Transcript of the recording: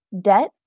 debt